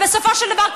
אבל בסופו של דבר,